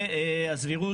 והסבירות